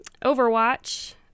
Overwatch